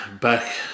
back